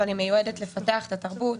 אבל היא מיועדת לפתח את התרבות